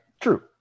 true